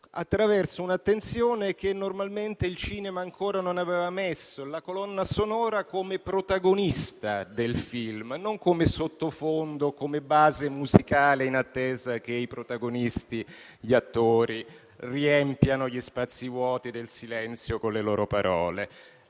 attraverso un'attenzione che normalmente il cinema ancora non aveva messo: la colonna sonora come protagonista del film, non come sottofondo o come base musicale in attesa che i protagonisti e gli attori riempiano gli spazi vuoti del silenzio con le loro parole.